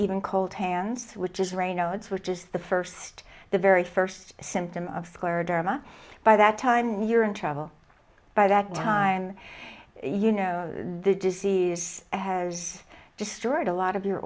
even cold hands which is raynaud's which is the first the very first symptom of cordura by that time you're in trouble by that time you know the disease hairs destroyed a lot of your